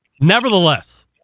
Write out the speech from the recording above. Nevertheless